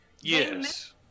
Yes